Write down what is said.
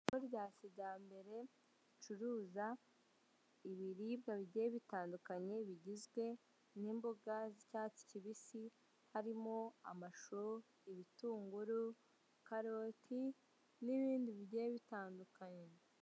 Uburyo bwa kijyambere bucuruza ibiribwa bigiye bitandukanye bigizwe; n'imboga z'icyatsi kibisi, harimo amashu, ibitunguru, karoti, n'ibindi bigiye bitandukanye.